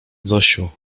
zosiu